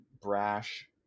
brash